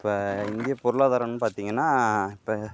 இப்போ இந்திய பொருளாதாரம்னு பார்த்திங்கன்னா இப்போ